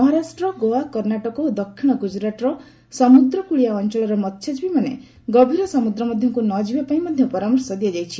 ମହାରାଷ୍ଟ୍ର ଗୋଆ କର୍ଣ୍ଣାଟକ ଓ ଦକ୍ଷିର ଗୁଜରାଟର ସମୁଦ୍ରକୂଳିଆ ଅଞ୍ଚଳର ମସ୍ୟଜୀବୀମାନେ ଗଭୀର ସମୁଦ୍ର ମଧ୍ୟକୁ ନ ଯିବା ପାଇଁ ମଧ୍ୟ ପରାମର୍ଶ ଦିଆଯାଇଛି